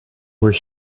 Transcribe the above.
were